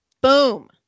boom